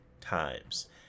times